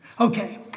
Okay